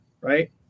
right